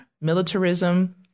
militarism